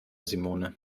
simone